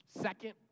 second